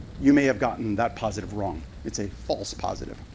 you may have gotten that positive wrong. it's a false positive.